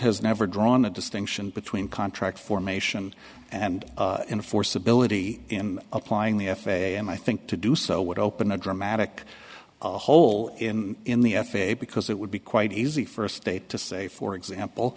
has never drawn a distinction between contract formation and enforceability in applying the f a and i think to do so would open a dramatic hole in in the f a because it would be quite easy for a state to say for example